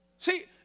See